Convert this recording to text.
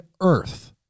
Earth